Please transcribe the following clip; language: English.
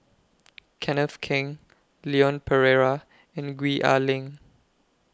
Kenneth Keng Leon Perera and Gwee Ah Leng